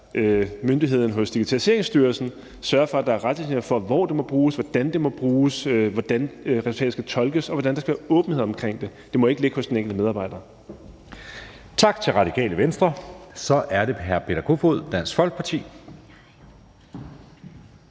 myndighederne hos Digitaliseringsstyrelsen – sørge for, at der er retningslinjer for, hvor det må bruges, hvordan det må bruges, hvordan resultatet skal tolkes, og hvordan der skal være åbenhed omkring det. Det må ikke ligge hos den enkelte medarbejder. Kl. 12:50 Anden næstformand (Jeppe Søe): Tak til Radikale Venstres ordfører. Så er det hr. Peter Kofod, Dansk Folkeparti.